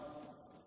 1